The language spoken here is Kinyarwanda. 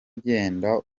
genda